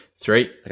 Three